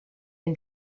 and